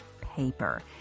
Paper